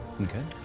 Okay